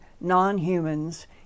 non-humans